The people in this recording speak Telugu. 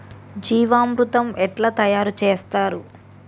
జీవామృతం ఎట్లా తయారు చేత్తరు?